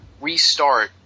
restart